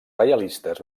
reialistes